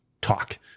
talk